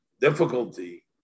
difficulty